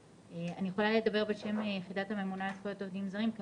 יכולה לדבר בשם יחידת הממונה על זכויות עובדים זרים.